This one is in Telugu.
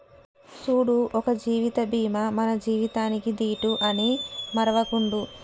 సూడు ఒక జీవిత బీమా మన జీవితానికీ దీటు అని మరువకుండు